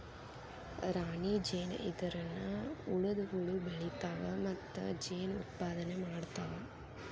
ರಾಣಿ ಜೇನ ಇದ್ರನ ಉಳದ ಹುಳು ಬೆಳಿತಾವ ಮತ್ತ ಜೇನ ಉತ್ಪಾದನೆ ಮಾಡ್ತಾವ